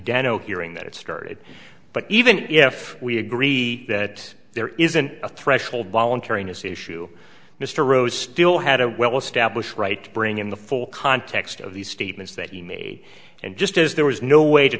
danno hearing that it started but even if we agree that there isn't a threshold voluntariness issue mr rose still had a well established right to bring in the full context of these statements that he may and just as there was no way to